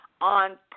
on